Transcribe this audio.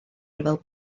ryfel